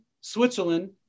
Switzerland